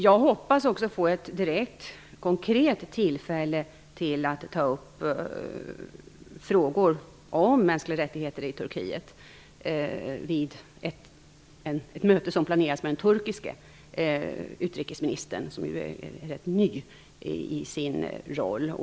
Jag hoppas också få ett direkt och konkret tillfälle att ta upp frågor om mänskliga rättigheter i Turkiet vid ett möte som planeras med den turkiske utrikesministern. Han är rätt ny i sin roll.